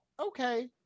okay